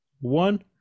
one